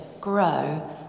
grow